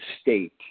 state